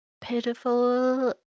pitiful